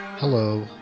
Hello